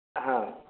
हँ